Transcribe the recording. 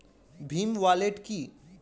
Bhim wallet কি?